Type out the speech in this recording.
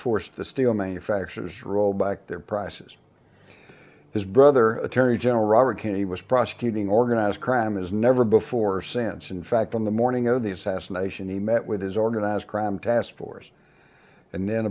forced the steel manufacturers rolled back their prices his brother attorney general robert kennedy was prosecuting organized crime as never before since in fact on the morning of these fascination he met with his organized crime task force and then